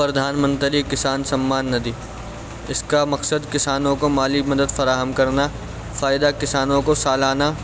پردھان منتری کسان سمان ندی اس کا مقصد کسانوں کو مالی مدد فراہم کرنا فائدہ کسانوں کو سالانہ